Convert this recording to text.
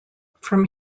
from